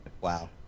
Wow